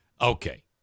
Okay